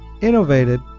innovated